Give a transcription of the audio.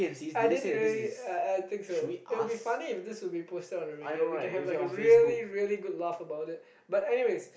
I didn't really uh I think so it will be funny if this will be posted on a radio we can have a like a really really good laugh about it but anyways